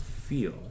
feel